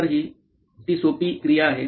तर ही ती सोपी क्रिया आहे